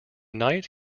knight